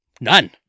none